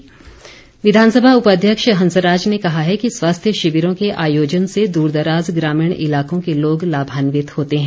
हंसराज विधानसभा उपाध्यक्ष हंसराज ने कहा है कि स्वास्थ्य शिविरों के आयोजन से दूरदराज ग्रामीण इलाकों के लोग लाभान्वित होते हैं